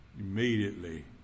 immediately